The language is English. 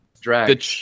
drag